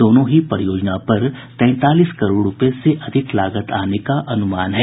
दोनों ही परियोजना पर तैंतालीस करोड़ रूपये से अधिक लागत आने का अनुमान है